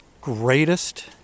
greatest